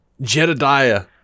Jedediah